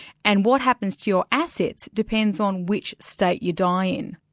and what happens to your assets depends on which state you die in.